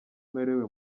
merewe